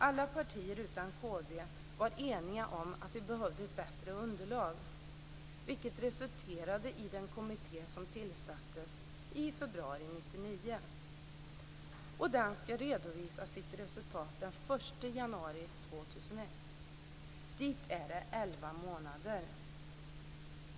Alla partier utom kd var eniga om att vi behövde bättre underlag, vilket resulterade i den kommitté som tillsattes i februari 1999. Den ska redovisa sitt resultat den 1 januari 2001. Dit är det elva månader.